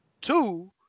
Two